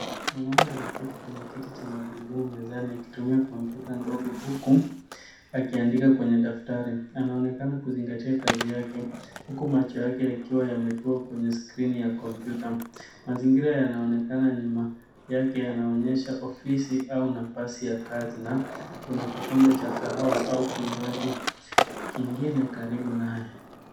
Mwanamume ameketi kwenye kiti cha magurudumu mezani akitumia kompyuta ndogo huku akiandika kwenye daftari. Anaonekana kuzingatia kazi yake huku macho yake yakiwa yametua kwenye skrini ya kompyuta. Mazingira yanayoonekana nyuma yake yanaonyesha ofisi au nafasi ya kazi na kuna kikombe cha kahawa au kinywaji kingine karibu naye.